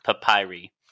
Papyri